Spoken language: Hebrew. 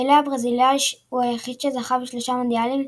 פלה הברזילאי הוא היחיד שזכה בשלושה מונדיאלים,